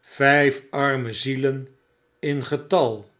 vijf arme zielen in getal